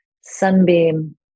sunbeam